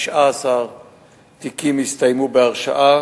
19 תיקים הסתיימו בהרשעה,